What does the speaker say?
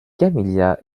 camilla